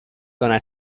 gonna